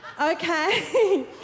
Okay